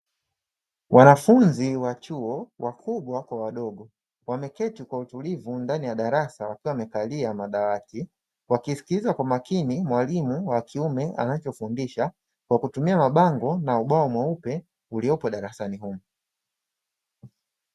Wanafunzi wa chuo wakubwa kwa wadogo, wameketi kwa utulivu ndani ya darasa, wakiwa wamekalia madawati. Wakisikiliza kwa makini mwalimu wa kiume anachofundisha, kwa kutumia mabango na ubao mweupe uliopo darasani humo.